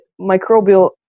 microbial